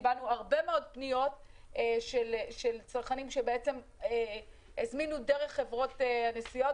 קיבלנו הרבה מאוד פניות של צרכנים שהזמינו דרך חברות הנסיעות,